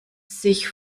sich